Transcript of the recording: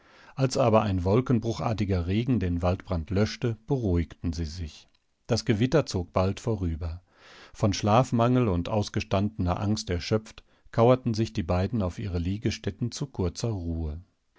als aber ein wolkenbruchartiger regen den waldbrand löschte beruhigten sie sich das gewitter zog bald vorüber von schlafmangel und ausgestandener angst erschöpft kauerten sich die beiden auf ihre liegestätten zu kurzer ruhe